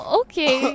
okay